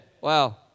Wow